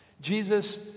Jesus